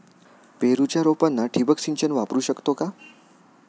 पेरूच्या रोपांना ठिबक सिंचन वापरू शकतो का?